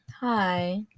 Hi